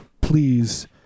Please